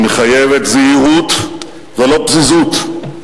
היא מחייבת זהירות ולא פזיזות,